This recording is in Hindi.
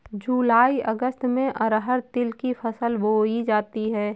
जूलाई अगस्त में अरहर तिल की फसल बोई जाती हैं